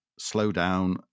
slowdown